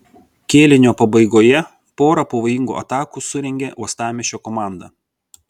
kėlinio pabaigoje porą pavojingų atakų surengė uostamiesčio komanda